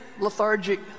lethargic